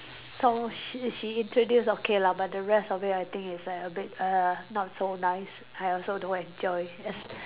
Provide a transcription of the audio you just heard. song she she introduce okay lah but the rest of it I think is like a bit uh not so nice I also don't enjoy as